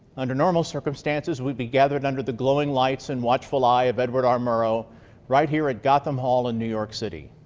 under normal circumstances, we've been gathered under the glowing lights and watchful eye of edward r. murrow right here at gotham hall in new york city.